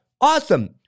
awesome